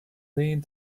leaned